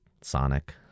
Sonic